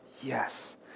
Yes